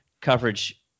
coverage